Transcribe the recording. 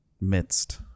midst